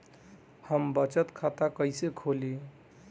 हम बचत खाता कइसे खोलीं?